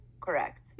Correct